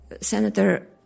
Senator